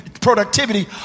productivity